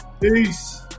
Peace